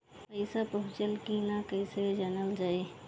पैसा पहुचल की न कैसे जानल जाइ?